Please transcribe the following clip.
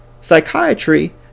psychiatry